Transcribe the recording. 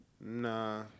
Nah